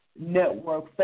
Network